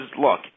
look